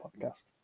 podcast